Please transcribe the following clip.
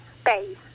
space